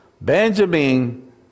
Benjamin